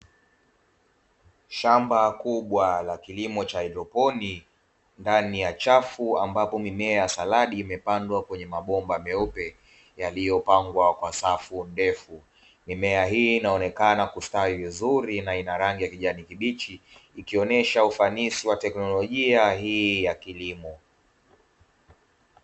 Shamba kubwa la kilimo cha haidroponi, ndani ya chafu ambapo mimea ya saladi imepandwa kwenye mabomba meupe; yaliyopangwa kwa safu ndefu. Mimea hii inaonekana kustawi vizuri na ina rangi ya kijani kibichi, ikionesha ufanisi wa teknolojia hii ya kilimo.